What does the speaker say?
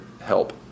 help